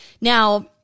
Now